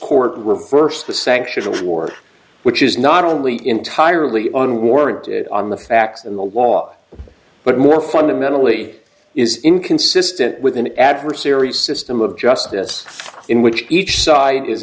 court reversed the sanction of war which is not only entirely on warrant it on the facts in the law but more fundamentally is inconsistent with an adversary system of justice in which each side is